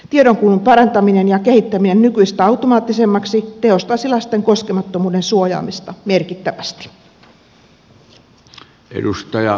tiedonkulun parantaminen ja kehittäminen nykyistä automaattisemmaksi tehostaisi lasten koskemattomuuden suojaamista merkittävästi